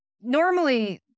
normally